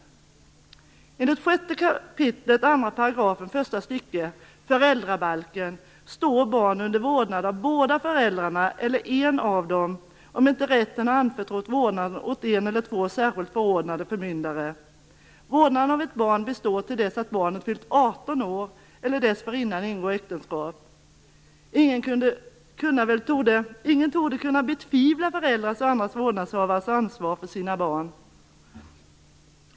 Enligt 6 kap. 2 § första stycket föräldrabalken står barn under vårdnad av båda föräldrarna eller en av dem om inte rätten har anförtrott vårdnaden åt en eller två särskilt förordnade förmyndare. Vårdnaden av ett barn består till dess att barnet fyllt 18 år eller till dess att de, dessförinnan, ingår äktenskap. Ingen torde kunna betvivla föräldrars och andra vårdnadshavares ansvar för sina barn.